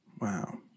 Wow